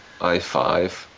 I-5